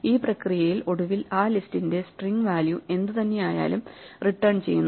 ഈ പ്രക്രിയയിൽ ഒടുവിൽ ആ ലിസ്റ്റിന്റെ സ്ട്രിംഗ് വാല്യൂ എന്തു തന്നെയായാലും റിട്ടേൺ ചെയ്യുന്നു